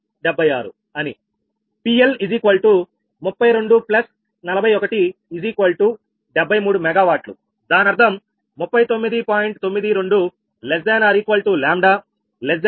𝑃L324173 𝑀W దానర్థం 39